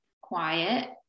quiet